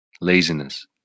laziness